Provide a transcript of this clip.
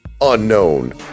Unknown